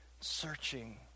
searching